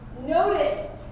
noticed